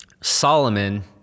Solomon